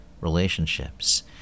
relationships